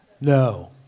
No